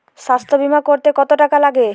স্বাস্থ্যবীমা করতে কত টাকা লাগে?